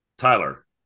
Tyler